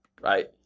right